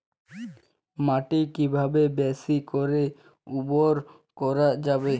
মাটি কিভাবে বেশী করে উর্বর করা যাবে?